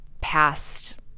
past